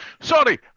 Sorry